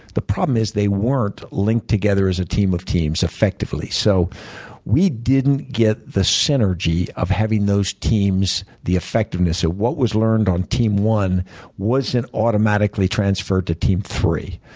the problem is, they weren't linked together as a team of teams, effectively. so we didn't get the synergy of having those teams. the effectiveness of what was learned on team one wasn't automatically transferred to team three.